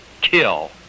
kill